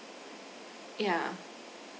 yeah